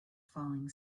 falling